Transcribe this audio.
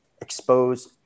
expose